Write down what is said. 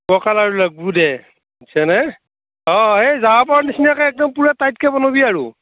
পকা লাৰু লাগিব দে বুজিছানে অঁ সেই যোৱা বাৰৰ নিচিনাকে একদম পূৰা টাইটকৈ বনাবি আৰু